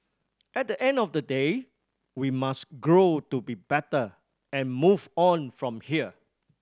at the end of the day we must grow to be better and move on from here